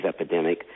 epidemic